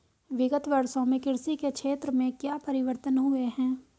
विगत वर्षों में कृषि के क्षेत्र में क्या परिवर्तन हुए हैं?